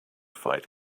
fight